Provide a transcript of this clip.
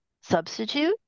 substitute